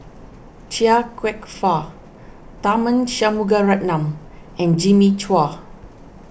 Chia Kwek Fah Tharman Shanmugaratnam and Jimmy Chua